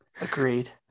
Agreed